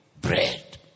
bread